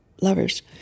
lovers